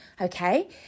Okay